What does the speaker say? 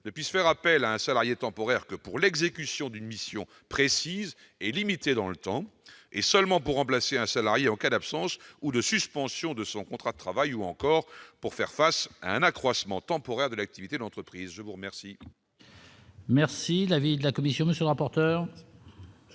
puisse faire appel à un salarié temporaire que pour l'exécution d'une mission précise et limitée dans le temps et seulement pour remplacer un salarié en cas d'absence ou de suspension de son contrat de travail ou encore pour faire face à un accroissement temporaire de l'activité de l'entreprise, je vous remercie. Merci l'avis de la Commission, monsieur le rapporteur.